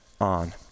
on